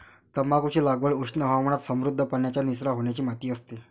तंबाखूची लागवड उष्ण हवामानात समृद्ध, पाण्याचा निचरा होणारी माती असते